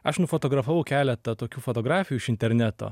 aš nufotografavau keleta tokių fotografijų iš interneto